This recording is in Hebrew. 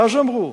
ואז אמרו: